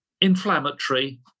inflammatory